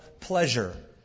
pleasure